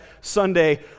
Sunday